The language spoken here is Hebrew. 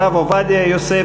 הרב עובדיה יוסף,